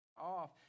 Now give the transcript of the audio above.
off